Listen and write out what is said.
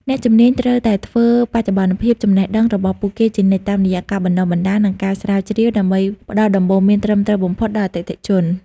អ្នកជំនាញត្រូវតែធ្វើបច្ចុប្បន្នភាពចំណេះដឹងរបស់ពួកគេជានិច្ចតាមរយៈការបណ្តុះបណ្តាល និងការស្រាវជ្រាវ ដើម្បីផ្តល់ដំបូន្មានត្រឹមត្រូវបំផុតដល់អតិថិជន។